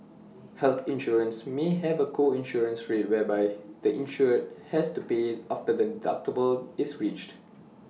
health insurance may have A co insurance rate whereby the insured has to pay after the deductible is reached